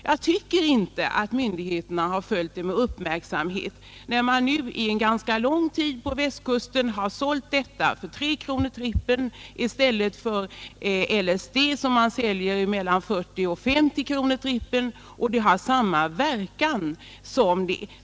Jag tycker inte att man kan säga att myndigheterna har följt det med uppmärksamhet, när detta preparat under en ganska lång tid på Västkusten har sålts för 3 kronor trippen i stället för LSD som säljs för mellan 40 och 50 kronor trippen; DMT har samma verkan som LSD.